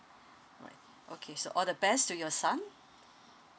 alright okay so all the best to your son